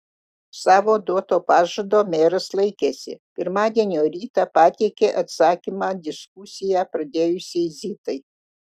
savo duoto pažado meras laikėsi pirmadienio rytą pateikė atsakymą diskusiją pradėjusiai zitai